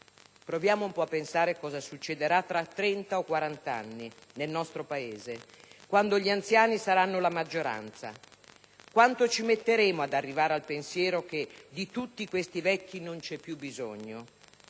proviamo un po' a pensare cosa succederà tra trenta o quarant'anni nel nostro Paese, quando gli anziani saranno la maggioranza. Quanto ci metteremo ad arrivare al pensiero che di tutti questi vecchi non c'è più bisogno,